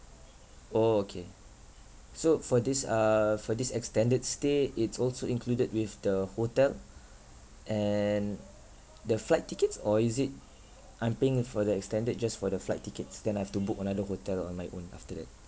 orh okay so for this uh for this extended stay it's also included with the hotel and the flight tickets or is it I'm paying it for the extended just for the flight tickets then I have to book another hotel on my own after that